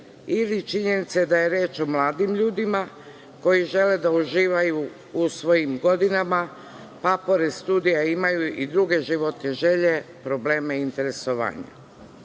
ili činjenice da je reč o mladim ljudima koji žele da uživaju u svojim godinama, pa pored studija imaju i druge životne želje, probleme i interesovanja. Ono